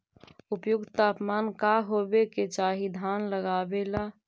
उपयुक्त तापमान का होबे के चाही धान लगावे ला?